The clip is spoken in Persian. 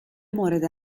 مورد